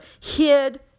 hid